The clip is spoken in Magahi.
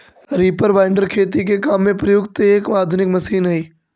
रीपर बाइन्डर खेती के काम में प्रयुक्त एक आधुनिक मशीन हई